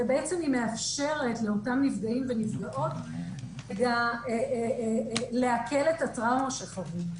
ובעצם מאפשרת לאותם נפגעים ונפגעות לעכל את הטראומה שחוו.